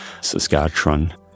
Saskatchewan